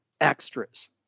extras